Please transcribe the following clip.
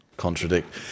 contradict